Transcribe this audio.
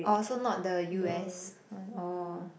oh so not the U_S one oh